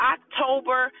October